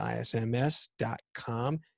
isms.com